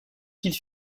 qu’il